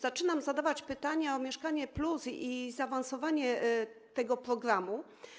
Zaczynam zadawać pytania o „Mieszkanie+” i zaawansowanie tego programu.